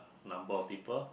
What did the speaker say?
number of people